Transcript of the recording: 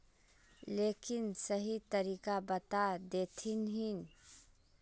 लेकिन सही तरीका बता देतहिन?